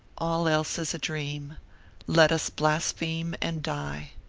all else is a dream let us blaspheme and die.